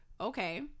okay